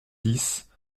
dix